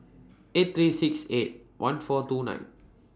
eight three six eight one four two nine